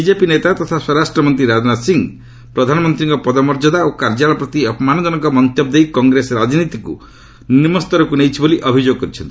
BJP ନେତା ତଥା ସ୍ୱରାଷ୍ଟ୍ର ମନ୍ତ୍ରୀ ରାଜନାଥ ସିଂହ ପ୍ରଧାନମନ୍ତ୍ରୀଙ୍କ ପଦମର୍ଯ୍ୟଦା ଓ କାର୍ଯ୍ୟାଳୟ ପ୍ରତି ଅପମାନଜନକ ମନ୍ତବ୍ୟ ଦେଇ କଂଗ୍ରେସ ରାଜନୀତିକୁ ନିମ୍ନ ସ୍ତରକୁ ନେଇଛି ବୋଲି ଅଭିଯୋଗ କରିଛନ୍ତି